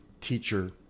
teacher